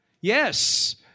Yes